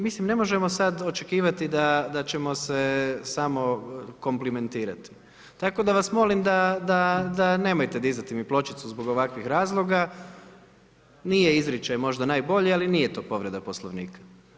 Mislim, ne možemo sad očekivati da ćemo se samo komplimentirati, tako da vas molim da nemojte dizati mi pločicu zbog ovakvih razloga, nije izričaj možda najbolji, ali nije to povreda Poslovnika.